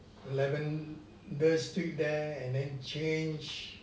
street there and then change